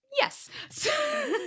Yes